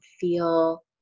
feel